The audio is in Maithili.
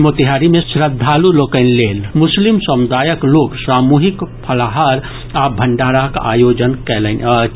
मोतिहारी मे श्रद्धालु लोकनि लेल मुस्लिम समुदायक लोक सामूहिक फलाहार आ भंडाराक आयोजन कयलनि अछि